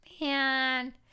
man